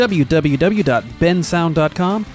www.bensound.com